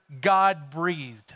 God-breathed